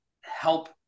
help